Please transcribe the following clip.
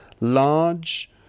large